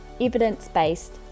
evidence-based